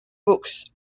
books